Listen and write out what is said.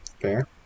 Fair